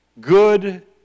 Good